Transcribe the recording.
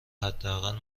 حداقل